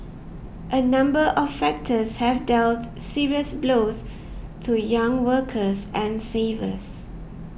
a number of factors have dealt serious blows to young workers and savers